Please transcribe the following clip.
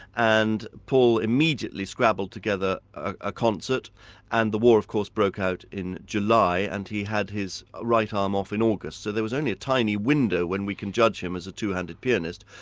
and paul immediately scrabbled together a concert and the war of course broke out in july, and he had his right arm off in august, so there was only a tiny window when we can judge him as a two-handed pianist.